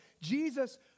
Jesus